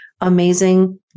amazing